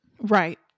right